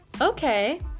okay